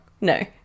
No